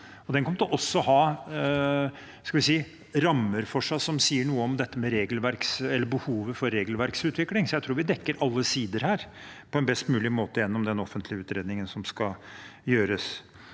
den kommer også til å ha rammer for seg som sier noe om behovet for regelverksutvikling, så jeg tror vi dekker alle sider på en best mulig måte gjennom den offentlige utredningen som skal gjøres.